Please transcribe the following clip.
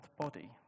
body